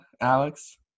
alex